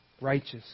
righteous